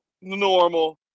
normal